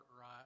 right